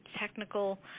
technical